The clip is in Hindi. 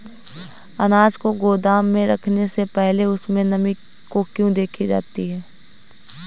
अनाज को गोदाम में रखने से पहले उसमें नमी को क्यो देखी जाती है?